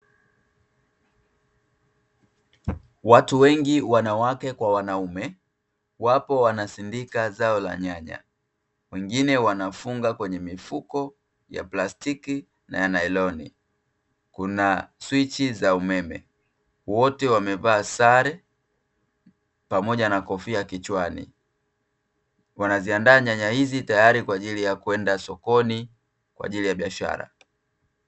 Watu wengi wanawake kwa wanaume wapo wanasindika zao la nyanya wengine wanafunga kwenye mifuko ya plastiki na ya nailoni kuna swichi za umeme. Wote wamevaa sare pamoja na kofia kichwani wanaziandaa nyanya hizi tayari kwa ajili ya kwenda sokoni kwa ajili ya biashara.